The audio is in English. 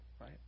Right